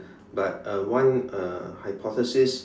but uh one uh hypothesis